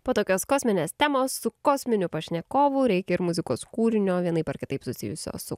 po tokios kosminės temos su kosminiu pašnekovu reikia ir muzikos kūrinio vienaip ar kitaip susijusio su